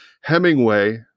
Hemingway